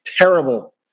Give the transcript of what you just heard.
terrible